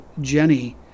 Jenny